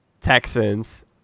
Texans